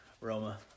Roma